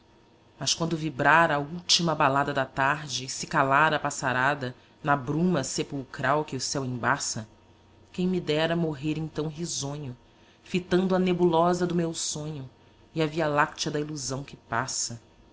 mas quando vibrar a última balada da tarde e se calar a passarada na bruma sepulcral que o céu embaça quem me dera morrer então risonho fitando a nebulosa do meu sonho e a via-láctea da ilusão que passa